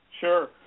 Sure